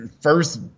first